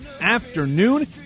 afternoon